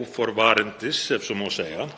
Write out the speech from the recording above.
óforvarendis, ef svo má segja.